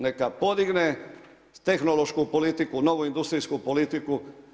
Neka podigne tehnološku politiku, novu industrijsku politiku.